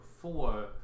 four